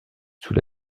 sous